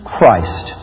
Christ